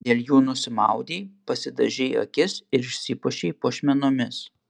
dėl jų nusimaudei pasidažei akis ir išsipuošei puošmenomis